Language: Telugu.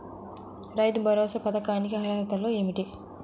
రైతు భరోసా పథకానికి అర్హతలు ఏమిటీ?